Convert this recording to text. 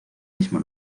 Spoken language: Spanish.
mismo